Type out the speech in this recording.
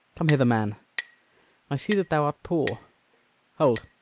come hither, man i see that thou art poor hold,